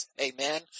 Amen